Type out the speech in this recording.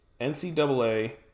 NCAA